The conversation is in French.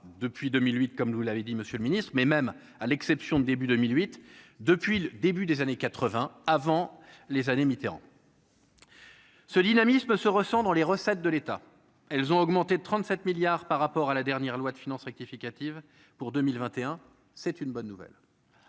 depuis 2008, comme vous l'avez dit, monsieur le Ministre, mais même à l'exception de début 2008 depuis le début des années 80 avant les années Mitterrand. Ce dynamisme se ressent dans les recettes de l'État, elles ont augmenté de 37 milliards par rapport à la dernière loi de finances rectificative pour 2021, c'est une bonne nouvelle,